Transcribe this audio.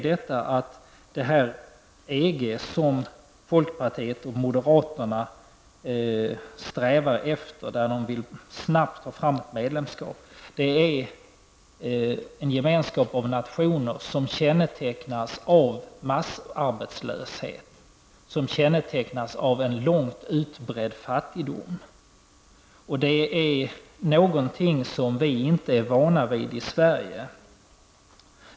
Det EG som folkpartiet och moderaterna strävar efter -- de vill snabbt ha medlemskap -- är en gemenskap av nationer som kännetecknas av massarbetslöshet och en långt utbredd fattigdom. Detta är någonting som vi inte är vana vid i Sverige.